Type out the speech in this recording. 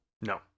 No